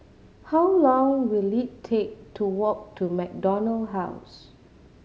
how long will it take to walk to MacDonald House